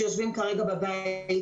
שיושבים כרגע בבית.